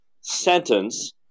sentence